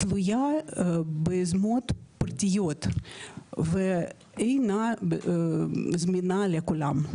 תלויה ביוזמות פרטיות ואינה זמינה לכולם,